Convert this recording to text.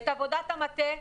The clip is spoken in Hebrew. עבודת המטה,